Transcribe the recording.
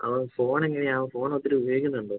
അവൻ ഫോണ് എങ്ങനെയാ അവൻ ഫോണ് ഒത്തിരി ഉപയോഗിക്കുന്നുണ്ടോ